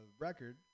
record